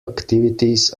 activities